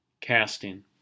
Casting